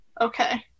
okay